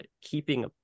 keeping